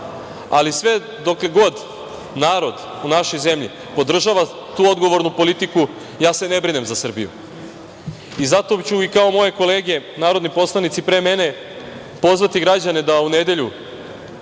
Ali, sve dokle god narod u našoj zemlji podržava tu odgovornu politiku, ja se ne brinem se za Srbiju. Zato ću kao i moje kolege narodni poslanici pre mene pozvati građane da u nedelju